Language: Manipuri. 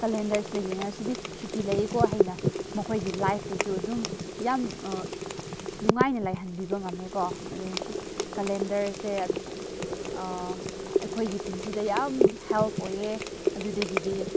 ꯀꯂꯦꯟꯗꯔꯁꯤꯗ ꯌꯦꯡꯂꯒ ꯁꯤꯗꯤ ꯁꯨꯇꯤ ꯂꯩꯌꯦꯀꯣ ꯍꯥꯏꯅ ꯃꯈꯣꯏꯒꯤ ꯂꯥꯏꯐꯇꯁꯨ ꯑꯗꯨꯝ ꯌꯥꯝ ꯅꯨꯡꯉꯥꯏꯅ ꯂꯩꯍꯟꯕꯤꯕ ꯉꯝꯃꯦꯀꯣ ꯑꯗꯨꯅꯁꯨ ꯀꯂꯦꯟꯗꯔꯁꯦ ꯑꯩꯈꯣꯏꯒꯤ ꯄꯨꯟꯁꯤꯗ ꯌꯥꯝ ꯍꯦꯜꯞ ꯑꯣꯏꯌꯦ ꯑꯗꯨꯗꯒꯤꯗꯤ